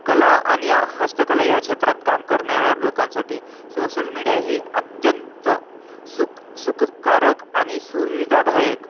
कला आणि हस्तकला या क्षेत्रात काम करणाऱ्या लोकांसाठी सोशल मीडिया ही अत्यंत सुख सुखकारक आणि सुविधादायक